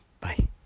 Bye